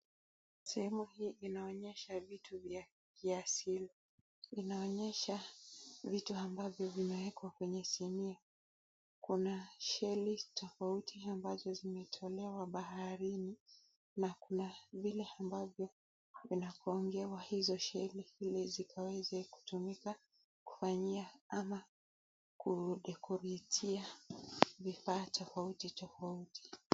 sehemu hii inaonyesha vitu vya kiasili inaonyesha vitu ambavyo vimewekwa kwenye sinia kuna sheli tofauti ambazo zimetolewa baharini na kuna vile ambavyo vinagongewa hizo sheli ile zikaweze kutumika kufanyia ama kudekoratia vifaa tofauti tofauti